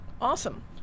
Awesome